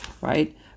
right